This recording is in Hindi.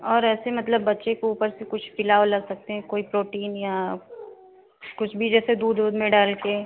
और ऐसे मतलब बच्चे को ऊपर से कुछ पिला उला सकते हैं कोई प्रोटीन या कुछ भी जैसे दूध ओध में डाल कर